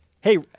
Hey